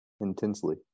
Intensely